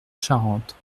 charente